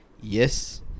Yes